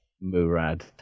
Murad